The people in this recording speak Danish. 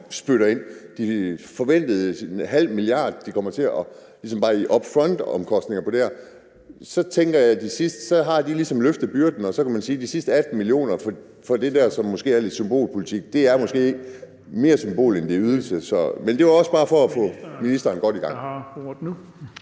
spytter ind – den forventede halve milliard, de kommer til at have i omkostninger up front – ligesom har løftet byrden, og så kan man sige, at de sidste 18 mio. kr. for det der, som måske er lidt symbolpolitik, måske er mere symbol, end det er ydelse. Men det var også bare for at få ministeren godt i gang.